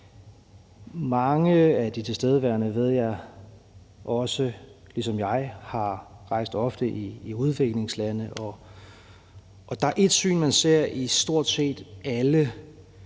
Mange af de tilstedeværende, ved jeg, har ligesom jeg ofte rejst i udviklingslande, og der er ét syn, man ser i stort set alle